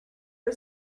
for